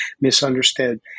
misunderstood